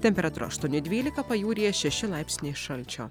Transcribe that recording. temperatūra aštuoni dvylika pajūryje šeši laipsniai šalčio